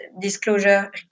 disclosure